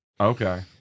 Okay